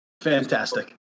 Fantastic